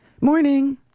Morning